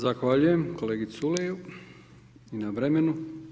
Zahvaljujem kolegi Culeju na vremenu.